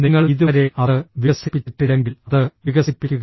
നിങ്ങൾ ഇതുവരെ അത് വികസിപ്പിച്ചിട്ടില്ലെങ്കിൽ അത് വികസിപ്പിക്കുക